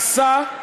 הדבר הזה נעשה,